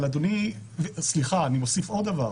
ואני מוסיף עוד דבר,